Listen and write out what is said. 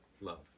love